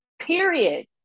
period